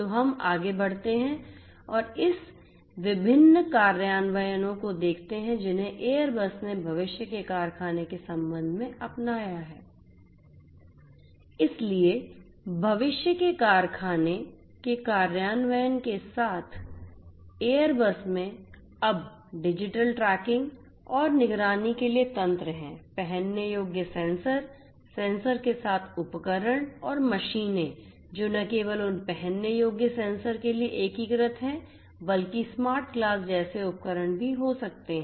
तो अब हम आगे बढ़ते हैं और इस विभिन्न कार्यान्वयनों को देखते हैं जिन्हें एयरबस ने भविष्य के कारखाने के संबंध में अपनाया है इसलिए भविष्य के कारखाने के कार्यान्वयन के साथ एयरबस में अब डिजिटल ट्रैकिंग और निगरानी के लिए तंत्र हैं पहनने योग्य सेंसर सेंसर के साथ उपकरण और मशीनें जो न केवल उन पहनने योग्य सेंसर के लिए एकीकृत हैं बल्कि स्मार्ट ग्लास जैसे उपकरण भी हो सकते हैं